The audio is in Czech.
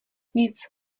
nic